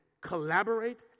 collaborate